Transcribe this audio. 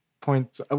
points